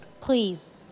Please